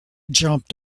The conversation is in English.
jumped